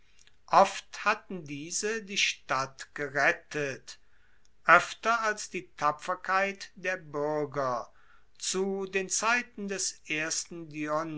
oft hatten diese die stadt gerettet oefter als die tapferkeit der buerger zu den zeiten des ersten